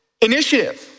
initiative